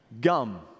Gum